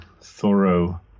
thorough